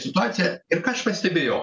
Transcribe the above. situaciją ir ką aš pastebėjau